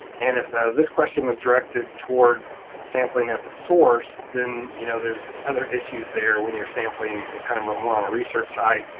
and if this question was directed toward sampling at the source, then you know there's other issues there when you're sampling in kind of a more on a research site.